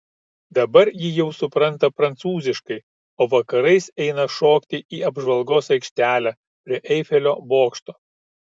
dabar ji jau supranta prancūziškai o vakarais eina šokti į apžvalgos aikštelę prie eifelio bokšto